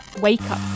wake-up